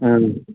ꯑꯪ